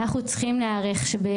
אנחנו צריכים להיערך לכך שאם,